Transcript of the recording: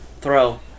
Throw